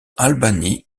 albany